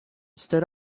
stood